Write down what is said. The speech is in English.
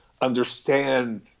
understand